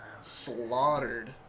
slaughtered